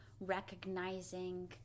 recognizing